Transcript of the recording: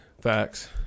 Facts